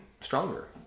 stronger